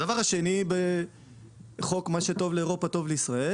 הדבר השני בחוק "מה שטוב לאירופה טוב לישראל"